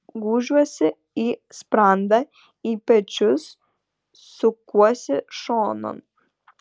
gūžiuosi į sprandą į pečius sukuosi šonan